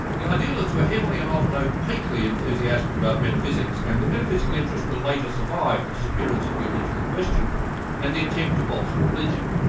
the idealists were heavily and often opaquely enthusiastic about metaphysics and the metaphysical interest will later survive the disappearance of the original question and the attempt to bolster religion.